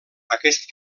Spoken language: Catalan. aquest